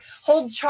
hold